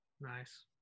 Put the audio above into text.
nice